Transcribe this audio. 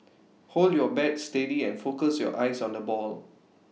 hold your bat steady and focus your eyes on the ball